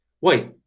Wait